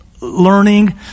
learning